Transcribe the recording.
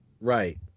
right